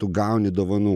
tu gauni dovanų